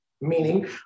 Meaning